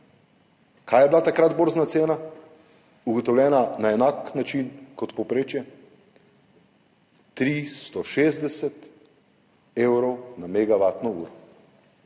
Kaj je bila takrat borzna cena, ugotovljena na enak način kot povprečje? 360 evrov za megavatno uro.